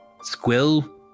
Squill